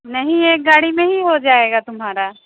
नहीं एक गाड़ी में ही हो जायेगा तुम्हारा